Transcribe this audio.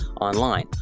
online